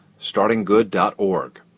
startinggood.org